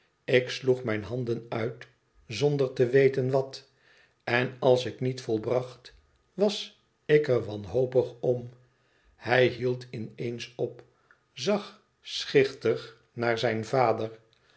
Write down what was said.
ik sloeg mijn handen uit zonder te weten wat en als ik niet volbracht was ik er wanhopig om hij hield in eens op zag schichtig naar zijn vader